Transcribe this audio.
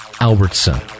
Albertson